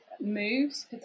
moves